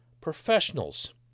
professionals